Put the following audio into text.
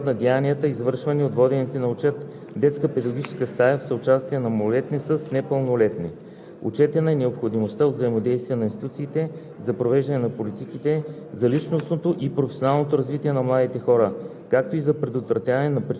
Използвани са различни образователни методи и форми на обучение: беседи, лекции и дискусии. Докладът предоставя информация относно броя на деянията, извършени от водените на отчет в Детска педагогическа стая в съучастие на малолетни с непълнолетни.